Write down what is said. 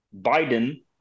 Biden